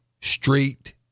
straight